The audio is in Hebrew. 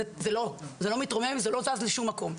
זה לא מתרומם וזה לא זז לשום מקום.